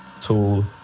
tool